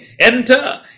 Enter